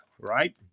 right